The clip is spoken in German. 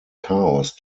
chaos